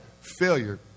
failure